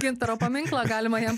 gintaro paminklą galima jam